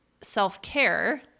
self-care